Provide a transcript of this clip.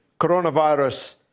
coronavirus